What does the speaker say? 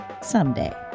someday